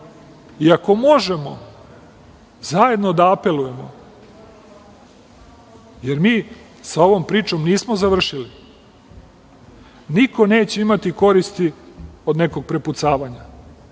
Ako možemo zajedno da apelujemo, jer mi sa ovom pričom nismo završili, niko neće imati koristi od nekog prepucavanja.